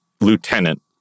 lieutenant